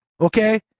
okay